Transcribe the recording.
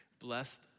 blessed